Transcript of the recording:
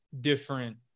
different